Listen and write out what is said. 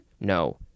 No